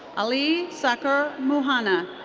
ali saqer muhanna.